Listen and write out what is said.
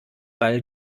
ball